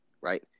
right